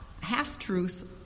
half-truth